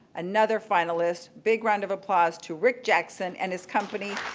another finalist, big round of applause to rick jackson and his company,